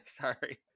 sorry